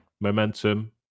momentum